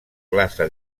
glaça